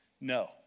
No